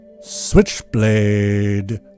Switchblade